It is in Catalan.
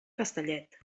castellet